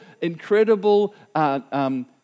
incredible